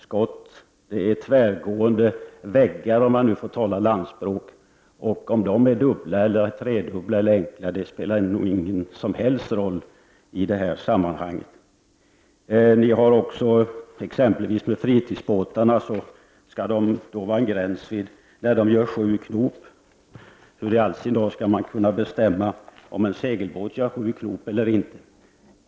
Skott är tvärgående väggar, om man nu får tala landspråk. Om de är dubbla eller tredubbla spelar ingen som helst roll i det här sammanhanget. När det exempelvis gäller fritidsbåtarna har miljöpartiet krävt en hastighetsgräns på 7 knop. Hur i all sin dar skall man kunna bestämma om en segelbåt får göra 7 knop eller inte?